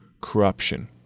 corruption